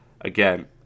again